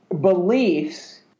beliefs